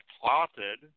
plotted